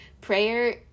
prayer